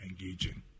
engaging